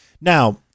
Now